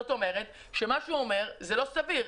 זאת אומרת שמה שהוא אומר לא סביר,